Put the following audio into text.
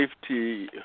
safety